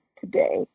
today